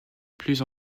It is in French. plus